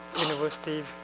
University